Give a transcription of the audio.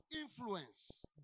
influence